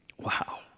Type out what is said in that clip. Wow